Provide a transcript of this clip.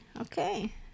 okay